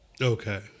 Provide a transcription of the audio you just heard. Okay